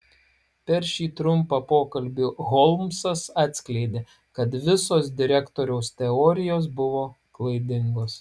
per šį trumpą pokalbį holmsas atskleidė kad visos direktoriaus teorijos buvo klaidingos